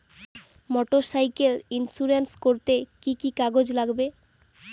Motorcycle insurance করতে কি কি কাগজ লাগবে?